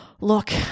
look